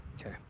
Okay